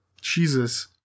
Jesus